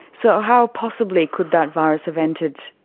so how possibly could that virus have entered?